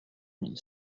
mille